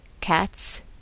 Cats